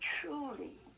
truly